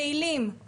פעילים,